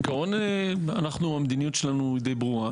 בעקרון המדיניות שלנו היא די ברורה.